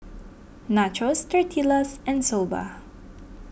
Nachos Tortillas and Soba